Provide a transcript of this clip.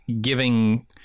giving